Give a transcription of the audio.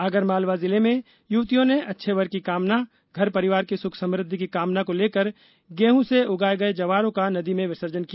आगरमालवा जिले में युवतियों ने अच्छे वर की कामना घर परिवार की सुख समृद्धि की कामना को लेकर गेहूं से उगाए गये जवारों का नदी में विसर्जन किया